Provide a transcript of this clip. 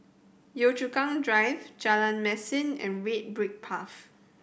Yio Chu Kang Drive Jalan Mesin and Red Brick Path